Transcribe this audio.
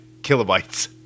kilobytes